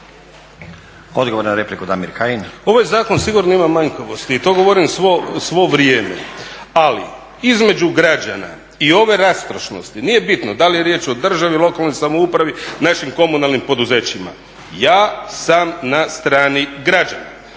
**Kajin, Damir (ID - DI)** Ovoj zakon sigurno ima manjkavosti i to govorim svo vrijeme, ali između građana i ove rastrošnosti nije bitno da li je riječ o državi, lokalnoj samoupravi, našim komunalnim poduzećima, ja sam na strani građana.